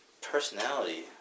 personality